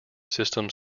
systems